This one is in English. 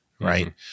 right